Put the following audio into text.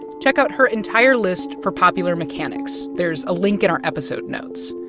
check out her entire list for popular mechanics. there's a link in our episode notes.